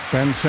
Ben